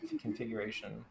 configuration